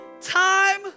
time